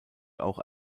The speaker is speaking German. auch